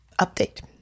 Update